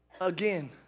Again